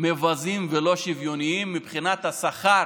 מבזים ולא שוויוניים מבחינת השכר